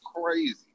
crazy